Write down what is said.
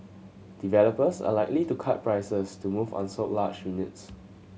developers are likely to cut prices to move unsold large units